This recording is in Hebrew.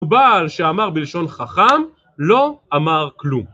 בעל שאמר בלשון חכם לא אמר כלום.